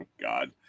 God